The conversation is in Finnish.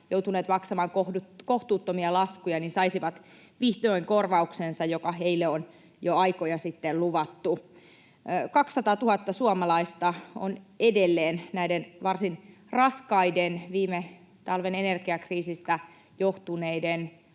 joutuneet maksamaan kohtuuttomia laskuja, saisivat vihdoin korvauksensa, joka heille on jo aikoja sitten luvattu. 200 000 suomalaista on edelleen näiden varsin raskaiden, viime talven energiakriisistä johtuneiden